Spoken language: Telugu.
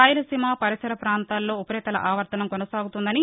రాయలసీమ పరిసర పాంతాల్లో ఉపరితల ఆవర్తనం కొనసాగుతోందని